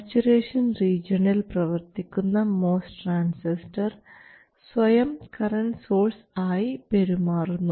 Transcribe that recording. saturation റീജിയണിൽ പ്രവർത്തിക്കുന്ന MOS transistor സ്വയം കറൻറ് സോഴ്സ് ആയി പെരുമാറുന്നു